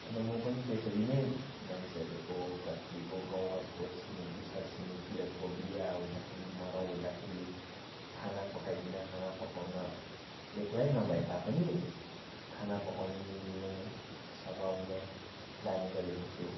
अन्त म पनि त्यसरी नै मान्छेहरूको कतिको गाउँ घरको छिमेकी छर छिमेकीहरूको बिहे हुँदाखेरि मराउ हुँदाखेरि खाना पकाइदिन खाना पकाउन एक्लै नभए तापनि खाना पकाउन मिल्नु सघाउन जाने गरेको छु